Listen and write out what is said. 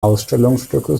ausstellungsstücke